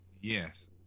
Yes